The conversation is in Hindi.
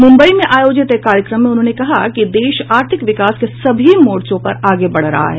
मुम्बई में आयोजित एक कार्यक्रम में उन्होंने कहा कि देश आर्थिक विकास के सभी मोर्चों पर आगे बढ़ रहा है